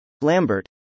Lambert